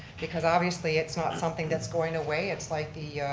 because obviously it's not something that's going away. it's like the,